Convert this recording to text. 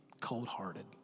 cold-hearted